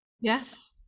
yes